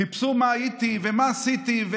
חיפשו מה הייתי ומה עשיתי.